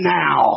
now